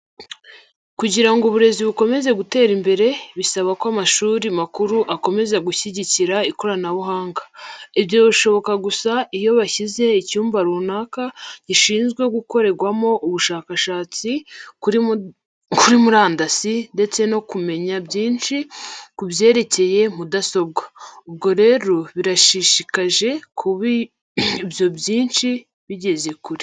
Kugira ngo uburezi bukomeze gutera imbere, bisaba ko amashuri makuru akomeza gushyigikira ikoranabuhanga. Ibyo bishoboka gusa iyo bashyize icyumba runaka gishinzwe gukorerwamo ubushakashatsi kuri murandasi ndetse no kumenya byinshi kubyerekeye mudasobwa. Ubwo rero birashishikaje kuba ibo byinshi bibigeze kure.